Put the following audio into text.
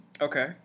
Okay